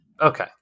okay